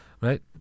right